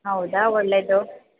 ಹೌದಾ ಒಳ್ಳೆಯದು